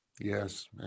Yes